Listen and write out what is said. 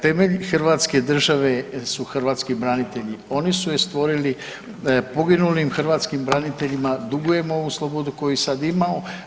Temelj hrvatske države su hrvatski branitelji, oni su je stvorili, poginulim hrvatskim braniteljima dugujemo ovu slobodu koju sad imamo.